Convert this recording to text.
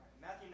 Matthew